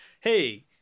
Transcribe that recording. hey